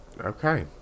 Okay